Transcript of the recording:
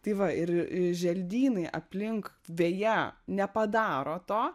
tai va ir želdynai aplink veja nepadaro to